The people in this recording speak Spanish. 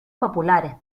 populares